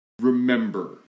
remember